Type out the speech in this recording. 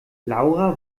laura